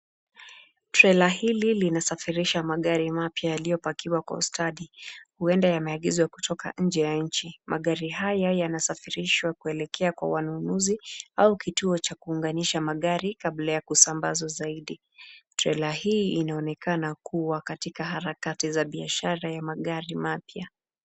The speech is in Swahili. Trela hili linasafirisha magari mapya yaliyopakiwa kwa ustadi huenda yameagizwa kutoka nje ya nchi, magari haya yanasafirishwa kuelekea kwa wanunuzi au kituo cha kuunganisha magari kabla ya kusambazwa zaidi. Trela hii inaonekana kuwa katika harakati za biashara ya magari mapya.